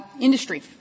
industry